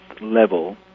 level